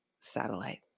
satellite